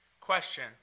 question